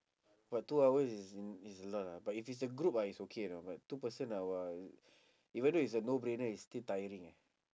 but two hours is is a lot ah but if it's a group ah it's okay you know but two person ah !wah! even though it's a no-brainer it's still tiring eh